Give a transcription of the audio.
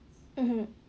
mmhmm